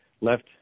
left